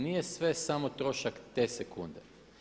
Nije sve samo trošak te sekunde.